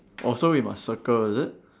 oh so we must circle is it